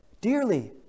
dearly